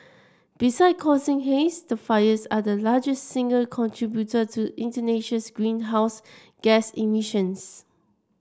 beside causing haze the fires are the largest single contributor to Indonesia's greenhouse gas emissions